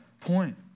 point